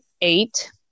eight